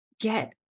Get